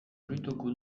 oroituko